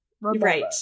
Right